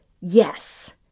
yes